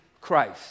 Christ